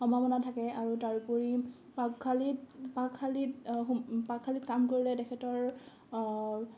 সম্ভাৱনা থাকে আৰু তাৰোপৰি পাকশালীত পাকশালীত পাকশালীত কাম কৰিলে তেখেতৰ